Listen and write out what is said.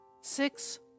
six